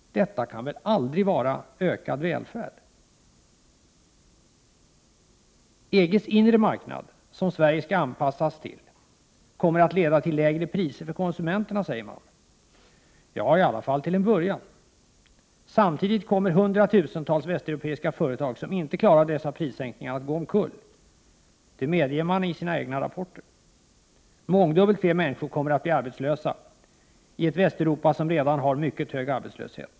Detta kan väl aldrig vara ökad välfärd? EG:s inre marknad, som Sverige skall anpassas till, kommer att leda till lägre priser för konsumenterna, säger man. Ja, i alla fall till en början. Samtidigt kommer hundratusentals västeuropeiska företag som inte klarar dessa prissänkningar att gå omkull. Det medger man i sina egna rapporter. Mångdubbelt fler människor kommer att bli arbetslösa i ett Västeuropa som redan har mycket hög arbetslöshet.